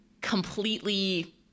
completely